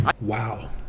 Wow